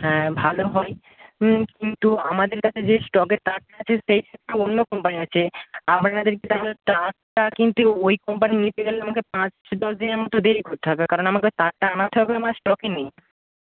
হ্যাঁ ভালো হয় কিন্তু আমাদের কাছে যে স্টকে তারটা আছে সেই তারটা অন্য কোম্পানির আছে আপনাদেরকে তাহলে তারটা কিন্তু ওই কোম্পানির নিতে গেলে আমাকে পাঁচ দশ দিনের মতো দেরি করতে হবে কারণ আমাকে তারটা আনাতে হবে আমার স্টকে নেই